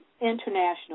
international